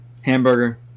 hamburger